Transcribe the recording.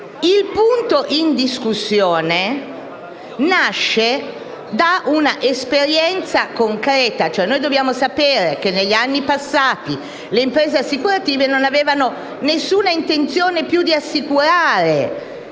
Il punto in discussione nasce da un'esperienza concreta. Dobbiamo sapere che negli anni passati le imprese assicurative non avevano più alcuna intenzione di assicurare